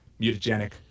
mutagenic